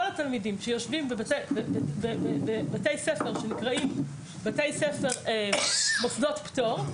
כל התלמידים שיושבים בבתי ספר שנקראים מוסדות פטור,